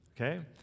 Okay